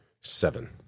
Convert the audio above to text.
seven